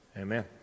Amen